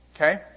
okay